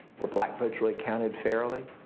were black votes really counted fairly?